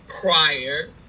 prior